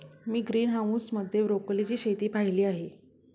मी greenhouse मध्ये ब्रोकोलीची शेती पाहीली आहे